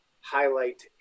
highlight